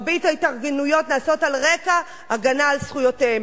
מרבית ההתארגנויות נעשות על רקע הגנה על זכויותיהם.